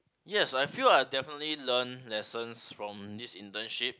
yes I feel like I definitely learn lessons from this internship